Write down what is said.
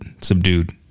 Subdued